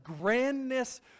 grandness